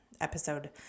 episode